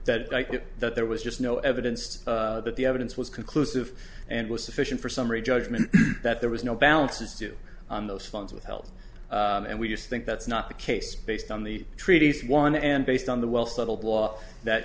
that that there was just no evidence that the evidence was conclusive and was sufficient for summary judgment that there was no balances due on those funds withheld and we just think that's not the case based on the treaties won and based on the well settled law that